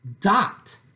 dot